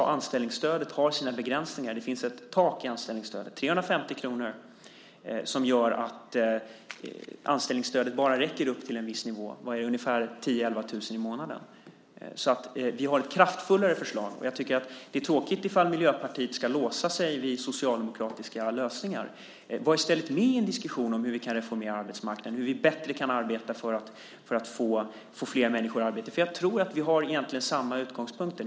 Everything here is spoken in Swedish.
Anställningsstödet har sina begränsningar. Det finns ett tak i anställningsstödet, 350 kr, som gör att anställningsstödet räcker bara upp till en viss nivå, 10 000-11 000 kr i månaden. Vi har ett kraftfullare förslag. Det är tråkigt om Miljöpartiet ska låsa sig vid socialdemokratiska lösningar. Var i stället med i en diskussion om hur vi kan reformera arbetsmarknaden och hur vi bättre kan arbeta för att få flera människor i arbete. Vi har egentligen samma utgångspunkter.